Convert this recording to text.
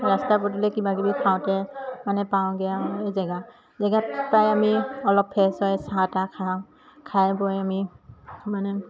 ৰাস্তা পদূলিত কিবা কিবি খাওঁতে মানে পাওঁগে এই জেগা জেগাত পাই আমি অলপ ফ্ৰেছ হয় চাহ তাহ খাওঁ খাই বৈ আমি মানে